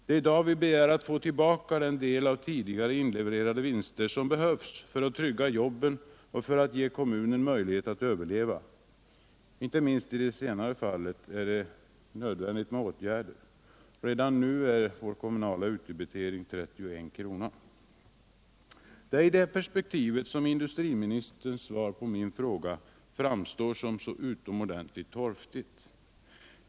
Det är i dag vi begär att få tillbaka den det av tidigare inlevererade vinster som behövs för att trygga jobben och för att ge kommunen möjligheter att överleva. Inte minst i det senare avseendet är åtgärder nödvändiga. Redan nu är vår kommunala utdebitering 31 kr. Det är i detta perspektiv som industriministerns svar på min fråga framstår som så utomordentligt torftigt.